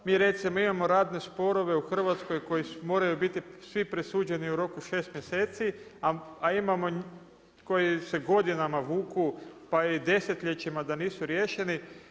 Mi recimo imamo radne sporove u Hrvatskoj koji moraju biti svi presuđeni u roku 6. mjeseci, koji se godinama vuku pa i desetljećima da nisu riješeni.